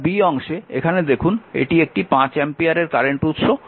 এবার অংশে এখানে দেখুন এটি একটি 5 অ্যাম্পিয়ারের কারেন্ট উৎস